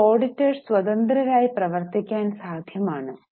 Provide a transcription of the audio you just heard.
ഇപ്പോൾ ഓഡിറ്റർസ് സ്വതന്ത്രരായി പ്രവർത്തിക്കാൻ സാധ്യമാണ്